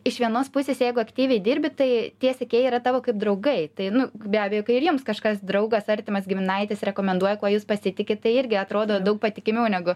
iš vienos pusės jeigu aktyviai dirbi tai tie sekėjai yra tavo kaip draugai tai nu be abejo kai ir jums kažkas draugas artimas giminaitis rekomenduoja kuo jūs pasitikit tai irgi atrodo daug patikimiau negu